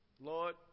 Lord